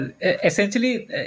essentially